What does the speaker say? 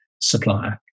supplier